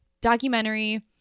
documentary